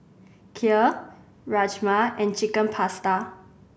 Kheer Rajma and Chicken Pasta